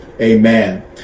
amen